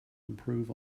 improve